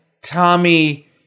Tommy